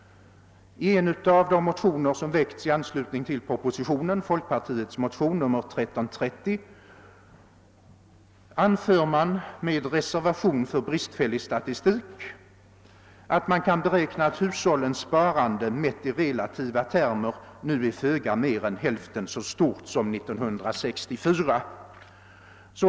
I en av de motioner som väckts med aniedning av propositionen, nämligen folkpartimotionen I1:1330, anförs att man med reservation för bristfällig statistik kan beräkna att hushållssparandet mätt i relativa termer nu är föga mer än hälften så stort som 1964.